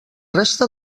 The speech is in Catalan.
resta